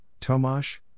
Tomasz